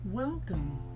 Welcome